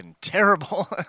terrible